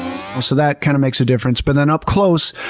so that kind of makes a difference. but then up-close,